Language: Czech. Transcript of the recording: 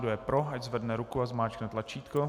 Kdo je pro, ať zvedne ruku a zmáčkne tlačítko.